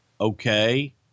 okay